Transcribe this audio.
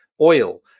oil